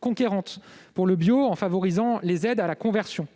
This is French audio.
conquérante pour le bio, en favorisant les aides à la conversion.